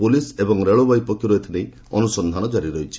police ଏବଂ ରେଳବାଇ ପକ୍ଷରୁ ଏଥିନେଇ ଅନୁସନ୍ଧାନ ଜାରୀ ରହିଛି